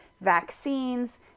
vaccines